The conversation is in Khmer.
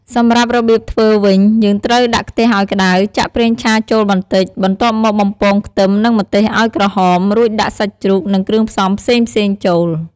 សម្រាប់របៀបធ្វើវិញ យើងត្រូវដាក់ខ្ទះអោយក្តៅ ចាក់ប្រេងឆាចូលបន្តិច បន្ទាប់មកបំពងខ្ទឹមនិងម្ទេសអោយក្រហម រួចដាក់សាច់ជ្រូក និង គ្រឿងផ្សំផ្សេងៗចូល។